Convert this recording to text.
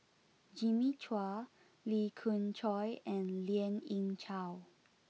Jimmy Chua Lee Khoon Choy and Lien Ying Chow